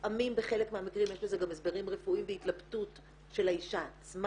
לפעמים בחלק מהמקרים יש לזה גם הסברים רפואיים והתלבטות של האישה עצמה.